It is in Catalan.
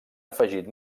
afegit